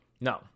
No